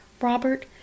Robert